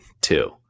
two